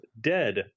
Dead